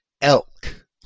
elk